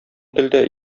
телдә